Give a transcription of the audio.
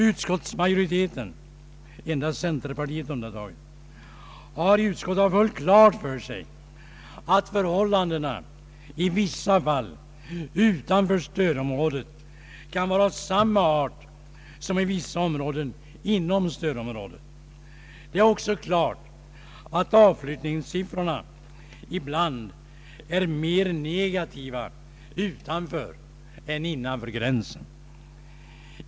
Utskottsmajoriteten — med undantag endast för centerpartiet — har haft fullt klart för sig att förhållandena i vissa fall utanför stödområdet kan vara av samma art som i vissa områden inom detsamma. Det är också klart att avflyttningssiffrorna ibland är mera negativa utanför än innanför gränsen.